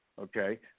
Okay